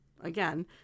again